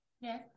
Yes